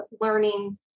learning